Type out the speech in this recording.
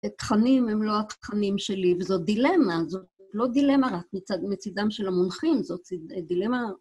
התכנים הם לא התכנים שלי וזו דילמה, זאת לא דילמה רק מצדם של המונחים, זאת דילמה...